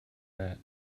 that